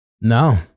No